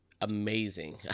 amazing